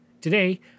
Today